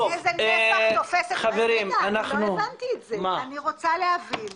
אני רוצה להבין